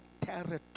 territory